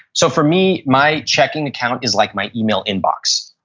so for me my checking account is like my email inbox.